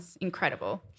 Incredible